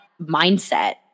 mindset